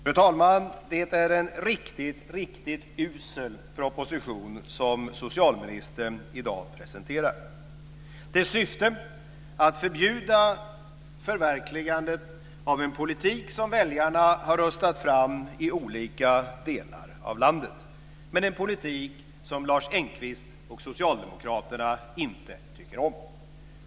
Fru talman! Det en riktigt usel proposition som socialministern i dag presenterar. Dess syfte är att förbjuda förverkligandet av en politik som väljarna har röstat fram i olika delar av landet. Det är en politik som Lars Engqvist och socialdemokraterna inte tycker om.